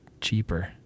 cheaper